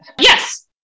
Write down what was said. Yes